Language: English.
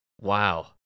Wow